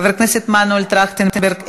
חבר הכנסת מנואל טרכטנברג,